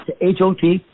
H-O-T